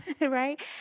right